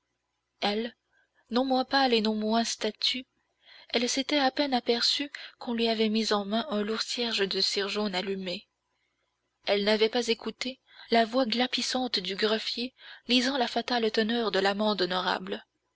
elle non moins pâle et non moins statue elle s'était à peine aperçue qu'on lui avait mis en main un lourd cierge de cire jaune allumé elle n'avait pas écouté la voix glapissante du greffier lisant la fatale teneur de l'amende honorable